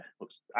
looks